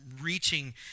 reaching